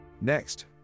Next